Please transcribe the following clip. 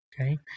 okay